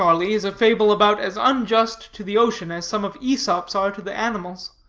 charlie, is a fable about as unjust to the ocean, as some of aesop's are to the animals.